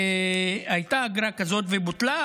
הייתה אגרה כזאת ובוטלה,